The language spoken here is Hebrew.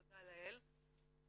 תודה לאל.